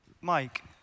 Mike